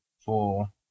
four